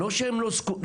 זה לא שהם לא צריכים.